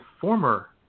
former